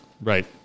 Right